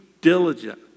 diligent